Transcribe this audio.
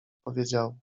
powiedział